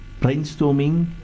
brainstorming